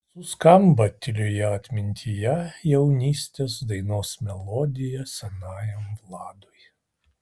suskamba tylioje atmintyje jaunystės dainos melodija senajam vladui